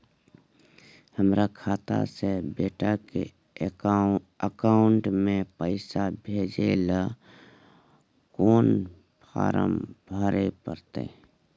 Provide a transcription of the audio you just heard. हमर खाता से बेटा के अकाउंट में पैसा भेजै ल कोन फारम भरै परतै?